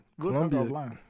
Columbia